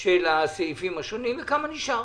של הסעיפים השונים וכמה נשאר.